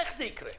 איך זה יקרה?